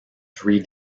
three